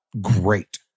great